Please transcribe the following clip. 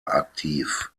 aktiv